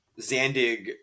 Zandig